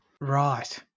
Right